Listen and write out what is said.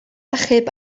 achub